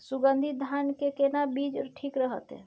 सुगन्धित धान के केना बीज ठीक रहत?